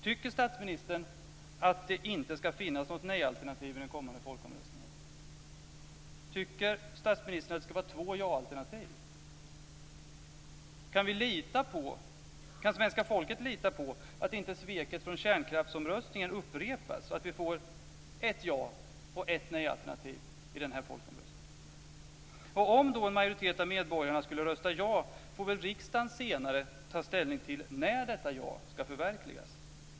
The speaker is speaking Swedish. Tycker statsministern att det inte ska finnas något nej-alternativ i den kommande folkomröstningen? Tycker statsministern att det ska vara två jaalternativ? Kan svenska folket lita på att inte sveket från kärnkraftsomröstningen upprepas, utan att vi får ett ja och ett nej-alternativ i den här folkomröstningen? Och om då en majoritet av medborgarna skulle rösta ja får väl riksdagen senare ta ställning till när detta ja ska förverkligas.